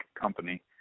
company